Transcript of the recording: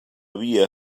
via